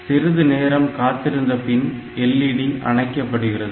சிறுது நேரம் காத்திருந்தபின் LED அணைக்கப்படுகிறது